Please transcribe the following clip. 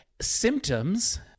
symptoms